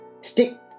stick